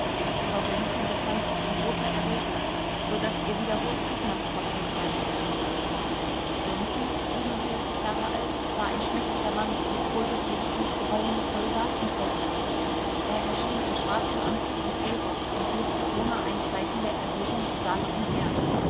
frau gönczi befand sich in großer erregung so daß ihr wiederholt hoffmannstropfen gereicht werden mußten gönczi jahre alt war ein schmächtiger mann mit wohlgepflegtem grauem vollbart und haupthaar er erschien in schwarzem anzug mit gehrock und blickte ohne ein zeichen der erregung im saale umher